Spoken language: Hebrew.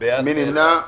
מי נמנע?